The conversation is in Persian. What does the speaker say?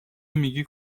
میگی